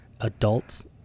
adults